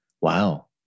Wow